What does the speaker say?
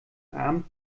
abend